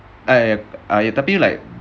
I I tapi like